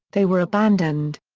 they were abandoned.